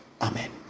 Amen